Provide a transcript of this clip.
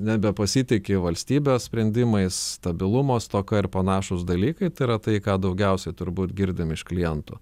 nebepasitiki valstybės sprendimais stabilumo stoka ir panašūs dalykai tai yra tai ką daugiausiai turbūt girdim iš klientų